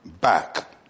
back